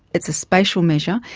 it's a spatial measure,